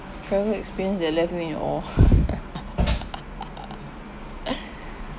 travel experience that left me in awe